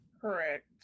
Correct